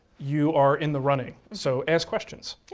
you are in the running, so ask questions,